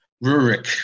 Rurik